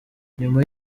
nyuma